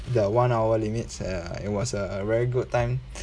the one hour limit uh it was uh a very good time